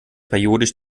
periodisch